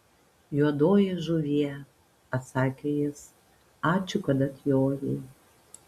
juodoji žuvie atsakė jis ačiū kad atjojai